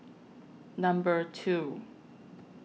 Number two